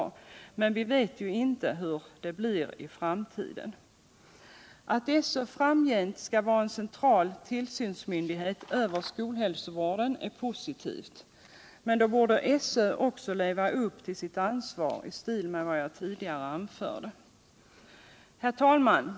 men vi vet inte hur det blir i framtiden. Att SÖ framgent skall vara central tillsynsmyndighet över skolhälsovården är positivt, men då borde SÖ också leva upp till sitt ansvar i stil med vad jag tidigare anförde. Herr talman!